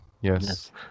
Yes